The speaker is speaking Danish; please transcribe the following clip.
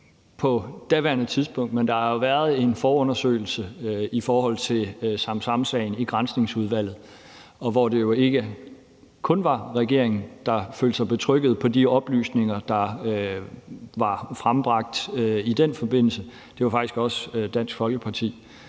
på daværende tidspunkt, men der har jo været en forundersøgelse i forhold til Samsamsagen i Granskningsudvalget, og det var ikke kun regeringen, der følte sig betrygget af de oplysninger, der var frembragt i den forbindelse. Det var faktisk også Dansk Folkeparti.